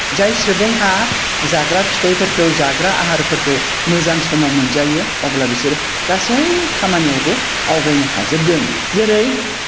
जाय सुबुंहा जाग्रा फिथाइफोरखौ जाग्रा आहारफोरखौ मोजां समाव मोनजायो अब्ला बिसोरो गासै खामानियावबो आवगायनो हाजोबगोन जेरै